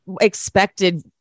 expected